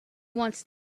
wants